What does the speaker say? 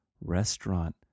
restaurant